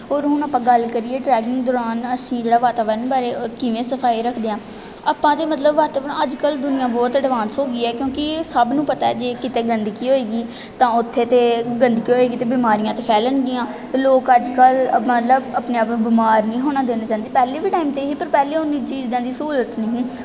ਔਰ ਹੁਣ ਆਪਾਂ ਗੱਲ ਕਰੀਏ ਟ੍ਰੈਕਿੰਗ ਦੌਰਾਨ ਅਸੀਂ ਵਾਤਾਵਰਨ ਬਾਰੇ ਕਿਵੇਂ ਸਫ਼ਾਈ ਰੱਖਦੇ ਹਾਂ ਆਪਾਂ ਅਤੇ ਮਤਲਬ ਵਾਤਾਵਰਨ ਅੱਜ ਕੱਲ੍ਹ ਦੁਨੀਆਂ ਬਹੁਤ ਅਡਵਾਂਸ ਹੋ ਗਈ ਹੈ ਕਿਉਂਕਿ ਸਭ ਨੂੰ ਪਤਾ ਜੇ ਕਿਤੇ ਗੰਦਗੀ ਹੋਵੇਗੀ ਤਾਂ ਓੱਥੇ ਅਤੇ ਗੰਦਗੀ ਹੋਵੇਗੀ ਅਤੇ ਬਿਮਾਰੀਆਂ ਅਤੇ ਫੈਲਣ ਗੀਆਂ ਅਤੇ ਲੋਕ ਅੱਜ ਕੱਲ੍ਹ ਮਤਲਬ ਆਪਣੇ ਆਪ ਨੂੰ ਬਿਮਾਰ ਨਹੀਂ ਹੋਣਾ ਦੇਣਾ ਚਾਹੁੰਦੇ ਪਹਿਲਾਂ ਵੀ ਟਾਈਮ 'ਤੇ ਸੀ ਪਰ ਉੰਨੀ ਚੀਜ਼ ਦਾ ਸਹੂਲਤ ਨਹੀਂ ਹੀ